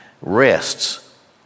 rests